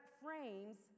frames